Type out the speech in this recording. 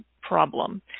problem